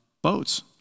Boats